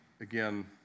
again